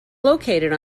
located